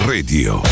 Radio